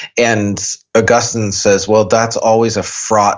and augustine says, well that's always a fraught